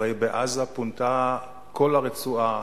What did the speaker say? הרי בעזה פונתה כל הרצועה,